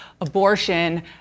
abortion